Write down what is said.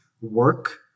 work